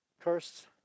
cursed